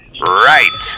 right